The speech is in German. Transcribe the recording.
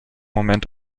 moment